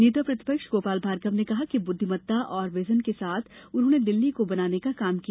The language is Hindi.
नेता प्रतिपक्ष गोपाल भार्गव ने कहा कि बुद्धिमता और वीजन के साथ उन्होंने दिल्ली को बनाने का काम किया